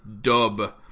Dub